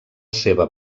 seva